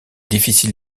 difficile